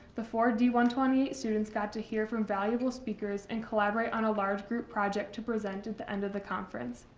the four d one two eight students got to hear from valuable speakers and collaborate on a large group project to present at the end of the conference.